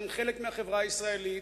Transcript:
שהן חלק מהחברה הישראלית,